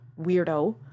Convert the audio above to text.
weirdo